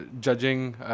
judging